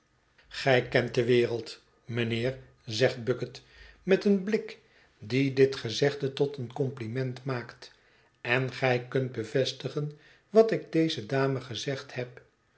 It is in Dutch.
gij kent de wereld mijnheer zegt bucket met een blik die dit gezegde tot een compliment maakt en gij kunt bevestigen wat ik deze dame gezegd heb